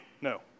no